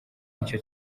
nicyo